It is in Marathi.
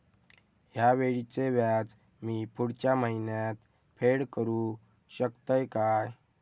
हया वेळीचे व्याज मी पुढच्या महिन्यात फेड करू शकतय काय?